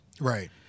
Right